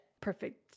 Perfect